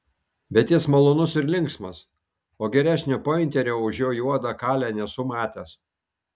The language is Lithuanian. bet jis malonus ir linksmas o geresnio pointerio už jo juodą kalę nesu matęs